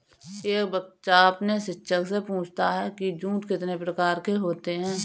एक बच्चा अपने शिक्षक से पूछता है कि जूट कितने प्रकार के होते हैं?